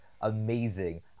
amazing